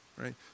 right